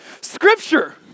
Scripture